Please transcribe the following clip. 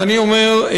ואני אומר,